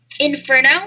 Inferno